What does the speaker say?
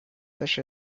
such